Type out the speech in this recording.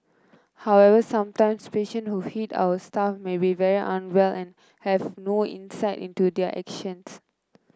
however sometimes patient who hit our staff may be very unwell and have no insight into their actions